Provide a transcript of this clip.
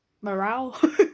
morale